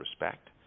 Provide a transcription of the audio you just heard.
respect